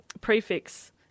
prefix